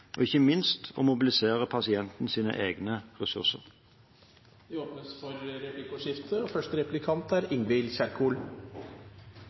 og ikke minst mobilisere pasientens egne ressurser. Det blir replikkordskifte. Krisen i luftambulansetjenesten er